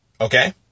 okay